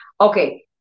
Okay